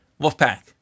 Wolfpack